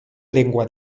lengua